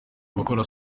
abakora